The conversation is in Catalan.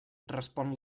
respon